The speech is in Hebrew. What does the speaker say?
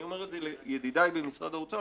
אני אומר את זה לידידיי במשרד האוצר,